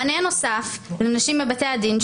מענה נוסף לנשים בבתי הדין,